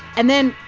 and then,